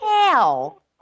hell